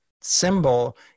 symbol